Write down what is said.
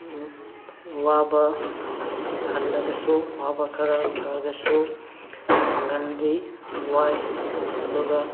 ꯋꯥꯕ ꯍꯜꯂꯒꯁꯨ ꯋꯥꯕ ꯈꯔ ꯐꯔꯒꯁꯨ ꯄꯥꯡꯒꯜꯗꯤ ꯋꯥꯏ ꯑꯗꯨꯒ